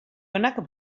onak